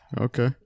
okay